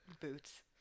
boots